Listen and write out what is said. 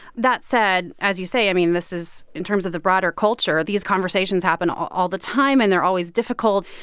that said, as you say, i mean, this is in terms of the broader culture these conversations happen all all the time. and they're always difficult.